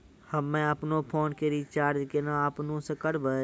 हम्मे आपनौ फोन के रीचार्ज केना आपनौ से करवै?